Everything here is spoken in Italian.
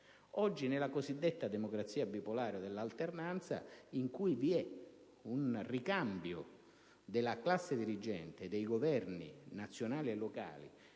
Oggi, nella cosiddetta democrazia bipolare dell'alternanza, in cui vi è un più veloce ricambio della classe dirigente e dei governi nazionali e locali